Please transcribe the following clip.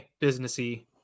businessy